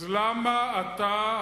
אז למה אתה,